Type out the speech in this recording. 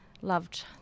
loved